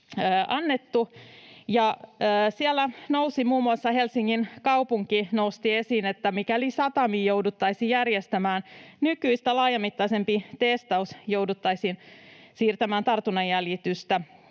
ja siellä muun muassa Helsingin kaupunki nosti esiin, että mikäli satamiin jouduttaisiin järjestämään nykyistä laajamittaisempi testaus, jouduttaisiin siirtämään tartunnanjäljitykseen